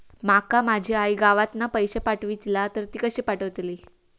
माका माझी आई गावातना पैसे पाठवतीला तर ती कशी पाठवतली?